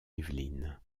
yvelines